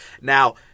Now